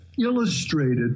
illustrated